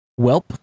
Welp